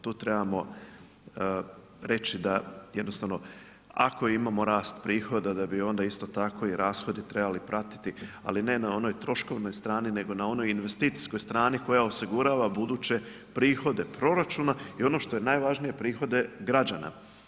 Tu trebamo reći da jednostavno ako imamo rast prihoda da bi onda isto tako i rashodi trebali pratiti ali ne na onoj troškovnoj strani nego na onoj investicijskoj strani koja osigurava buduće prihode proračuna i ono što je najvažnije prihode građana.